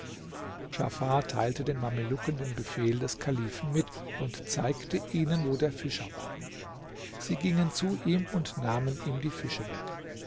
djafar teilte den mamelucken den befehl des kalifen mit und zeigte ihnen wo der fischer war sie gingen zu ihm und nahmen ihm die fische weg